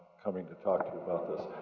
coming to talk to you about this.